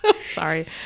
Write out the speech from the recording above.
Sorry